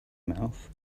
mouth